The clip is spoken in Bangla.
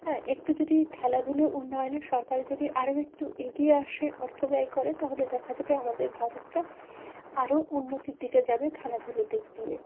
হ্যাঁ একটু যদি খেলাধুলো উন্নয়নে সরকারে যদি আরও একটু এগিয়ে আসে অর্থ ব্যয় করে তাহলে দেখা যাবে আমাদের ভারতটা আরও উন্নতির দিকে যাবে খেলাধুলোর দিক দিয়ে